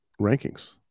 rankings